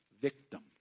victim